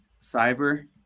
cyber